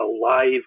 alive